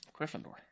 Gryffindor